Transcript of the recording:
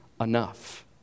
enough